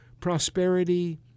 prosperity